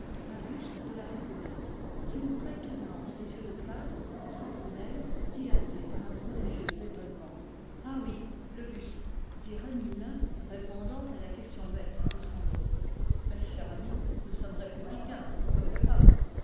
un buste de la république qui ouvrait tout blanc ses yeux de plâtre sans prunelles dilatés par un prodigieux étonnement ah oui le buste dit rennemoulin répondant à la question muette de son hôte mais cher ami nous sommes républicains comme le pape